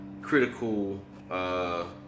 critical